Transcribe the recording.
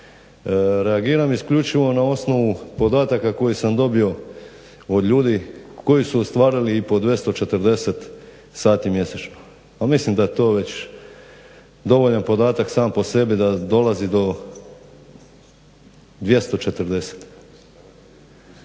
reagiram isključivo na osnovu podataka koje sam dobio od ljudi koji su ostvarili i po 240 sati mjesečno. Mislim da je to već dovoljan podatak sam po sebi da dolazi do 240.